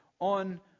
on